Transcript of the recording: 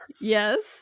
Yes